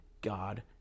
God